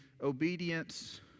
obedience